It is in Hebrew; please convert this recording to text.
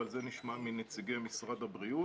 אבל נשמע על זה מנציגי משרד הבריאות.